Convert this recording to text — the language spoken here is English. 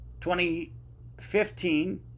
2015